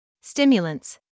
stimulants